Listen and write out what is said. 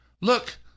Look